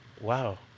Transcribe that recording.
Wow